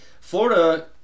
Florida